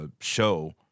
show